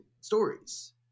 stories